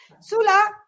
Sula